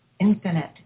infinite